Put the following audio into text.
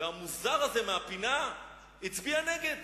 והמוזר הזה מן הפינה הצביע נגד.